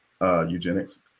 eugenics